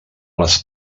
les